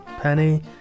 Penny